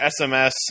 SMS